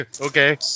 Okay